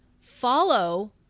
Follow